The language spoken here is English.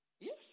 Yes